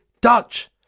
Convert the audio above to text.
Dutch